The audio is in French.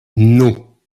non